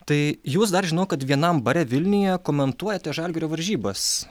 tai jūs dar žinau kad vienam bare vilniuje komentuojate žalgirio varžybas